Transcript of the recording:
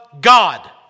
God